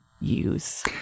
use